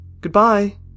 Goodbye